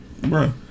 Bro